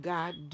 God